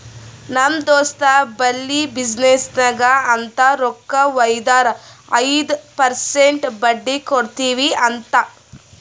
ನಮ್ ದೋಸ್ತ್ ಬಲ್ಲಿ ಬಿಸಿನ್ನೆಸ್ಗ ಅಂತ್ ರೊಕ್ಕಾ ವೈದಾರ ಐಯ್ದ ಪರ್ಸೆಂಟ್ ಬಡ್ಡಿ ಕೊಡ್ತಿವಿ ಅಂತ್